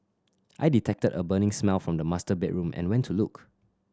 I detected a burning smell from the master bedroom and went to look